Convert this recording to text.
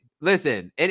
listen